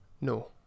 No